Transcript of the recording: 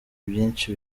byinshi